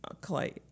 Clay